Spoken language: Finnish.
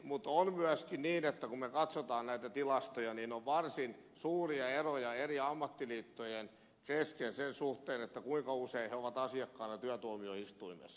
mutta on myöskin niin että kun me katsomme näitä tilastoja niin on varsin suuria eroja eri ammattiliittojen kesken sen suhteen kuinka usein ne ovat asiakkaina työtuomioistuimessa